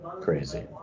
Crazy